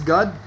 God